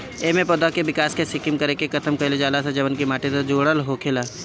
एमे पौधा के विकास के सिमित कारक के खतम कईल जाला जवन की माटी से जुड़ल होखेला